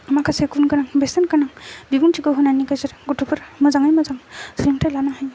माखासे गुनगोनां बेसेनगोनां बिबुंथिखौ होनायनि गेजेरजों गथ'फोर मोजाङै मोजां सोलोंथाइ लानो हायो